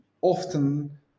often